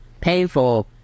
painful